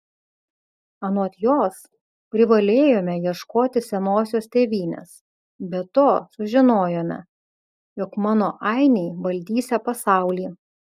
anot jos privalėjome ieškoti senosios tėvynės be to sužinojome jog mano ainiai valdysią pasaulį